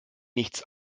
nichts